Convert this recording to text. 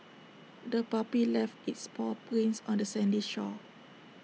the puppy left its paw prints on the sandy shore